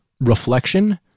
Reflection